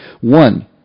One